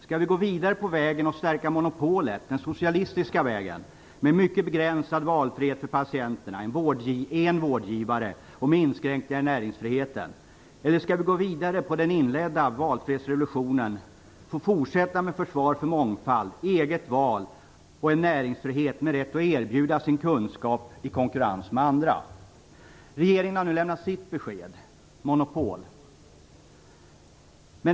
Skall vi gå vidare på vägen och stärka monopolet - den socialistiska vägen med mycket begränsad valfrihet för patienterna, en vårdgivare och inskränkningar i näringsfriheten? Eller skall vi gå vidare på den inledda valfrihetsrevolutionen och fortsätta med försvaret av mångfald, eget val och en näringsfrihet med rätt att erbjuda sin kunskap i konkurrens med andra? Regeringen har nu lämnat sitt besked: Monopol!